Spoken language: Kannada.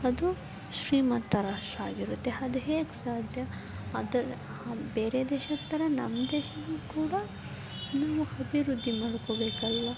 ಅದು ಶ್ರೀಮಂತ ರಾಷ್ಟ್ರ ಆಗಿರುತ್ತೆ ಅದು ಹೇಗೆ ಸಾಧ್ಯ ಅದು ಬೇರೆ ದೇಶದ ಥರ ನಮ್ಮ ದೇಶವೂ ಕೂಡ ನಾವು ಅಭಿವೃದ್ಧಿ ಮಾಡ್ಕೊಳ್ಬೇಕಲ್ವ